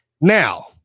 now